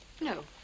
No